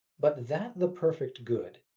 but that the perfect good,